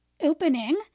opening